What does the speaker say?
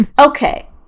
Okay